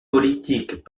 politiques